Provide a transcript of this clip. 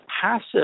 passive